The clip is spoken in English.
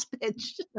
pitch